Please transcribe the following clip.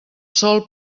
sòl